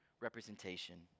representation